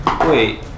Wait